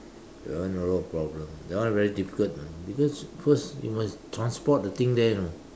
that one a lot of problem that one very difficult lah because first you must transport the things there you know